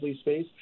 space